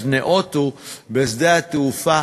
אז ניאותו בשדה-התעופה,